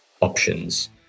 options